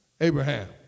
Abraham